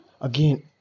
again